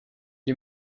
est